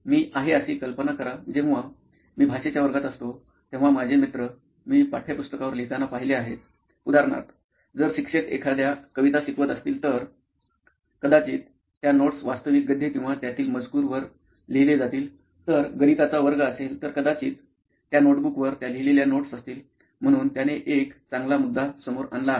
मी आहे अशी कल्पना करा जेव्हा मी भाषेच्या वर्गात असतो तेव्हा माझे मित्र मी पाठ्यपुस्तकावर लिहिताना पाहिले आहेत उदाहरणार्थ जर शिक्षक एखाद्या कविता शिकवत असतील तर कदाचित त्या नोट्स वास्तविक गद्य किंवा त्यातील मजकूर वर लिहिले जातील तर गणिताचा वर्ग असेल तर कदाचित त्या नोटबुकवर त्या लिहिलेल्या नोट्स असतील म्हणून त्याने एक चांगला मुद्दा समोर आणला आहे